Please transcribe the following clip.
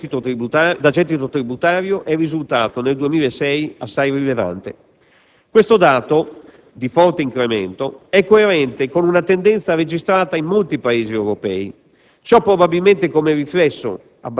L'aumento dal lato delle entrate da gettito tributario è risultato, nel 2006, assai rilevante. Questo dato di forte incremento è coerente con una tendenza registrata in molti Paesi europei.